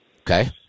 Okay